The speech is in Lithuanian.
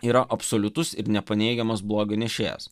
yra absoliutus ir nepaneigiamas blogio nešėjas